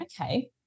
okay